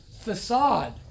facade